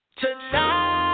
Tonight